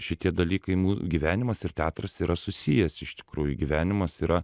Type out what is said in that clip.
šitie dalykai mū gyvenimas ir teatras yra susijęs iš tikrųjų gyvenimas yra